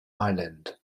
island